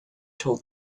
told